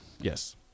yes